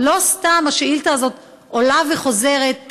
לא סתם השאילתה הזאת עולה וחוזרת,